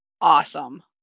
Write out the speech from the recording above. awesome